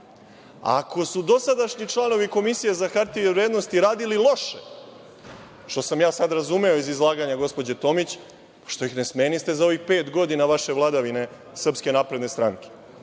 Ako su dosadašnji članovi Komisije za hartije od vrednosti radili loše, što sam ja sada razumeo iz izlaganja gospođe Tomić, što ih ne smeniste za ovih pet godina vaše vladavine Srpske napredne stranke.